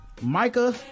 Micah